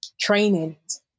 trainings